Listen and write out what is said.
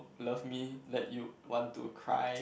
love me that you want to cry